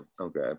okay